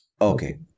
Okay